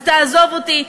אז תעזוב אותי,